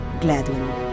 Gladwin